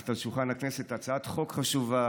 הנחת על שולחן הכנסת הצעת חוק חשובה,